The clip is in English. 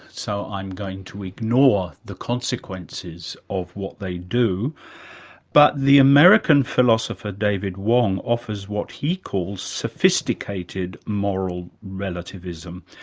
so i'm going to ignore the consequences of what they do' but the american philosopher david wong offers what he calls sophisticated moral relativism.